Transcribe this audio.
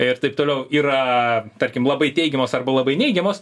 ir taip toliau yra tarkim labai teigiamos arba labai neigiamos